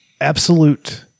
absolute